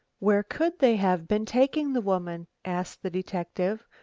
where could they have been taking the woman? asked the detective,